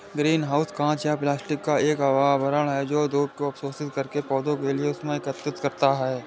green house कांच या plastic का एक आवरण है जो धूप को अवशोषित करके पौधों के लिए ऊष्मा एकत्रित करता है